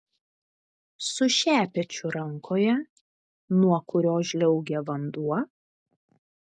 su šepečiu rankoje nuo kurio žliaugia vanduo